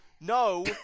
No